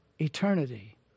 eternity